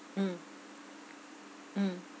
mm mm